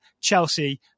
Chelsea